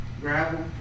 gravel